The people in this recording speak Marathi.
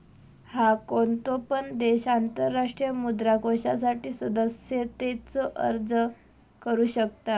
हा, कोणतो पण देश आंतरराष्ट्रीय मुद्रा कोषासाठी सदस्यतेचो अर्ज करू शकता